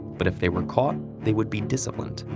but if they were caught, they would be disciplined,